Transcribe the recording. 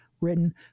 written